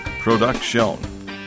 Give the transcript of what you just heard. Production